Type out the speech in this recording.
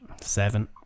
Seven